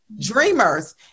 dreamers